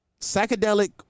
psychedelic